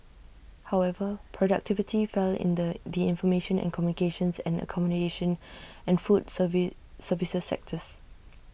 however productivity fell in the the information and communications and accommodation and food service services sectors